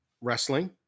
wrestling